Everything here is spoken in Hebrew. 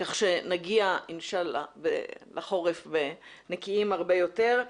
כך שנגיע אינשאללה לחורף נקיים הרבה יותר.